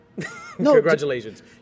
Congratulations